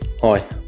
Hi